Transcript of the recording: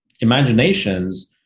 imaginations